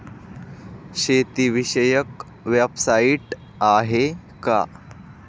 शेतीविषयक वेबसाइट आहे का?